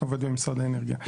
עובד במשרד האנרגיה.